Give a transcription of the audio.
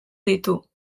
ditu